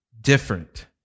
different